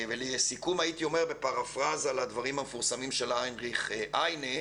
ולסיכום הייתי אומר בפרפראזה לדברים המפורסמים של היינריך היינה,